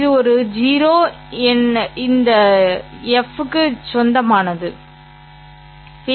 இது ஒரு எண் 0 இந்த f க்கு சொந்தமானது இது